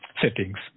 settings